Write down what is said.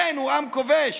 כן, הוא עם כובש,